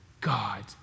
God